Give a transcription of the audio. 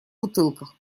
бутылках